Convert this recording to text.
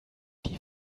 die